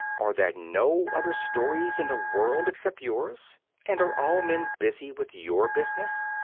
are there no other stories in the world except yours and are all men busy with your business?